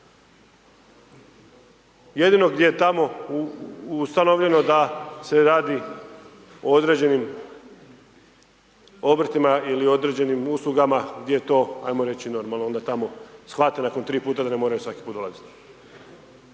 Jedino gdje je tamo ustanovljeno da se radi o određenim obrtima ili određenim uslugama gdje je to ajmo reći normalno, onda tamo shvate nakon tri puta da ne moraju svaki puta dolaziti.